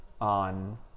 on